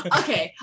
okay